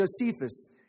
Josephus